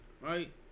Right